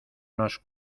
nos